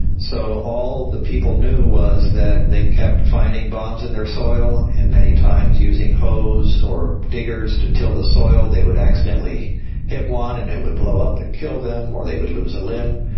so all the people knew was that they kept finding bombs in their soil, and many times using hoes or diggers to till the soil they would accidentally hit one and it would blow up and kill them or they would lose a limb.